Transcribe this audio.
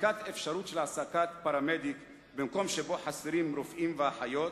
בדיקת אפשרות של העסקת פרמדיק במקום שחסרים בו רופאים ואחיות.